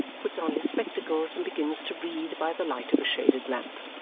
puts on his spectacles, and begins to read by the light of a shaded lamp.